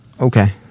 Okay